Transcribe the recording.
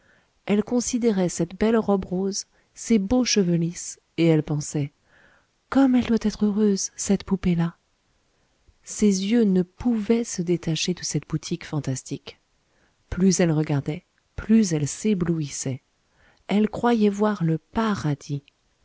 elle considérait cette belle robe rose ces beaux cheveux lisses et elle pensait comme elle doit être heureuse cette poupée là ses yeux ne pouvaient se détacher de cette boutique fantastique plus elle regardait plus elle s'éblouissait elle croyait voir le paradis